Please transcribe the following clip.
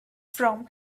from